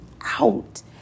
out